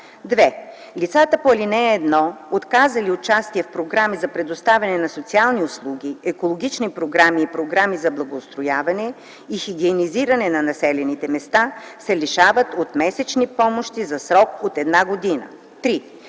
(2) Лицата по ал. 1, отказали участие в програми за предоставяне на социални услуги, екологични програми и програми за благоустрояване и хигиенизиране на населените места, се лишават от месечни помощи за срок от една година. (3)